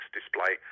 display